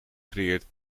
creëert